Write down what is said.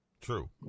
True